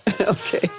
Okay